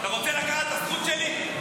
אתה רוצה לקחת את הזכות שלי?